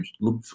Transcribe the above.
look